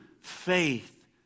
faith